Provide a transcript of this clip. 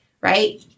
right